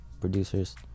producers